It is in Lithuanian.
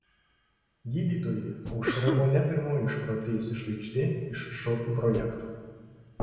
gydytojui aušra buvo ne pirmoji išprotėjusi žvaigždė iš šokių projekto